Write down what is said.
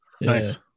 Nice